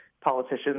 Politicians